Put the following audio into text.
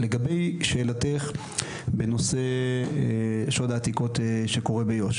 לגבי שאלתך בנושא שוד העתיקות שקורה ביו"ש,